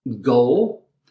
goal